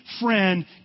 friend